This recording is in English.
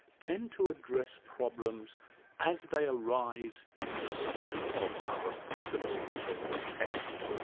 tend to address problems as they arise in the study of other philosophical texts.